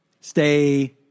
stay